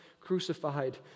crucified